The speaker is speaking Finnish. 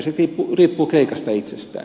se riippuu kreikasta itsestään